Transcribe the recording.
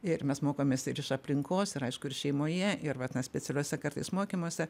ir mes mokomės ir iš aplinkos ir aišku ir šeimoje ir vat na specialiuose kartais mokymuose